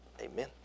Amen